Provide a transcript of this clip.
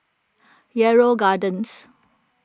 Yarrow Gardens